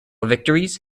victories